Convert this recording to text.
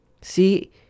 see